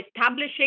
establishing